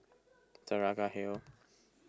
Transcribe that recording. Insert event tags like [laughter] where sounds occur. Saraca Hill [noise]